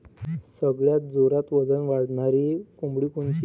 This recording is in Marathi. सगळ्यात जोरात वजन वाढणारी कोंबडी कोनची?